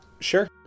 sure